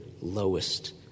lowest